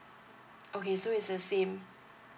okay so is the same